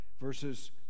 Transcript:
verses